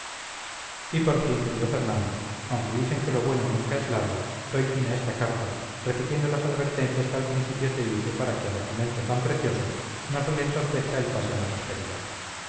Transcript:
y por fin querido fernando aunque dicen que lo bueno nunca es largo doy fin a esta carta repitiendo las advertencias que al principio te hice para que a documento tan precioso no se le entorpezca el pase a la posteridad